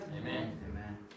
Amen